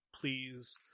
Please